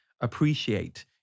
appreciate